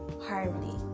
Hardly